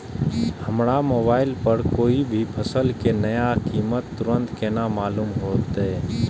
हमरा मोबाइल पर कोई भी फसल के नया कीमत तुरंत केना मालूम होते?